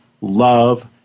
love